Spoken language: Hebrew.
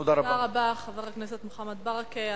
תודה רבה, חבר הכנסת ברכה.